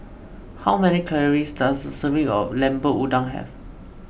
how many calories does a serving of Lemper Udang have